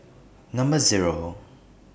Number Zero